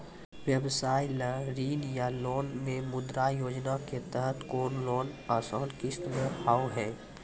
व्यवसाय ला ऋण या लोन मे मुद्रा योजना के तहत कोनो लोन आसान किस्त मे हाव हाय?